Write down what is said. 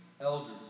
elders